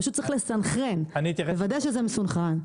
פשוט צריך לסנכרן, לוודא שזה מסונכרן.